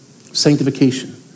sanctification